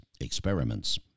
experiments